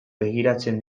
begiratzen